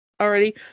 already